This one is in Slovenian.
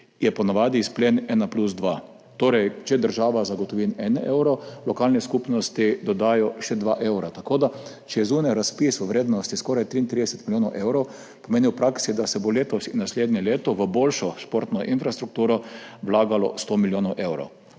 po navadi izplen ena plus dva, torej če država zagotovi en evro, lokalne skupnosti dodajo še dva evra, tako da če je zunaj razpis v vrednosti skoraj 33 milijonov evrov, to v praksi pomeni, da se bo letos in naslednje leto v boljšo športno infrastrukturo vlagalo 100 milijonov evrov.